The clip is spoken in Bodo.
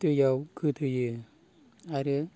दैयाव गोदोयो आरो